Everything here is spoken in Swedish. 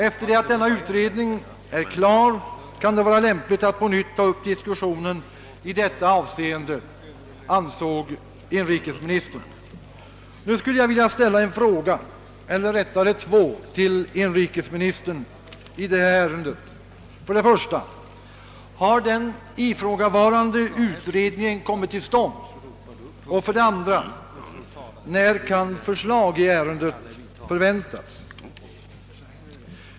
Efter det att denna utredning blivit klar kunde det vara lämpligt att på nytt ta upp diskussionen i detta avseende, ansåg inrikesministern. Nu skulle jag vilja ställa två frågor till inrikesministern, nämligen för det första om den ifrågavarande utredningen kommit till stånd och för det andra när förslag i ärendet kan förväntas.